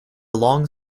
long